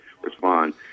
respond